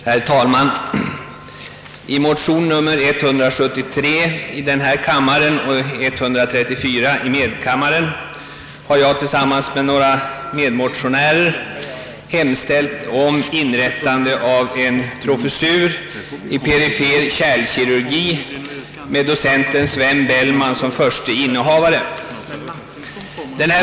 Herr talman! I motion nr 173 i denna kammare och 134 i medkammaren har jag tillsammans med några medmotio närer hemställt om inrättande av en professur i perifer kärlkirurgi med docent Sven Bellman som förste innehavare.